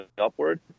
upward